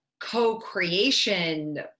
co-creation